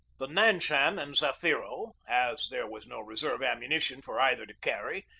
the nanshan and zafiro, as there was no reserve ammunition for either to carry,